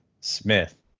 Smith